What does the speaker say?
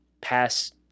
pass